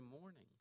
morning